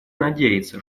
надеется